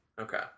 Okay